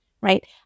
right